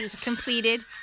completed